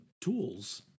tools